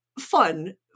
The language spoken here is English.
fun